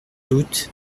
doute